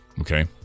okay